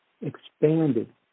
expanded